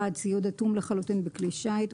ציוד אטום לחלוטין בכלי שיט,